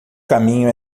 caminho